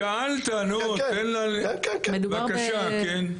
שאלת, נו, תן לה, בבקשה, כן.